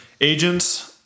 agents